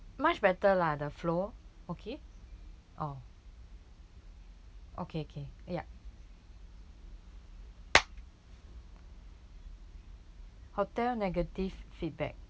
much better lah the flow okay orh okay okay yup hotel negative feedback